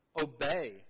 obey